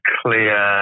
clear